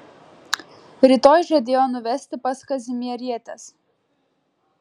rytoj žadėjo nuvesti pas kazimierietes